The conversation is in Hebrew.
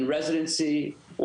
אנחנו עובדים עם אוניברסיטת ניו-יורק,